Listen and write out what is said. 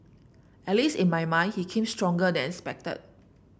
at least in my mind he came out stronger than expected